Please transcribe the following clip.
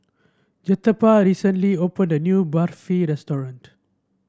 Jeptha recently opened a new Barfi Restaurant